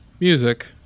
music